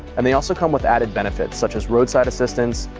and they also come with added benefits such as roadside assistance,